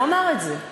הוא אמר את זה,